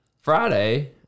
Friday